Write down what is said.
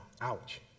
Ouch